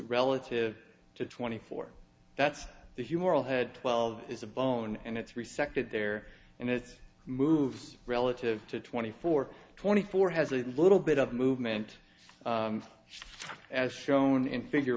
relative to twenty four that's the humoral had twelve is a bone and it's resected there and it moves relative to twenty four twenty four has a little bit of movement as shown in figure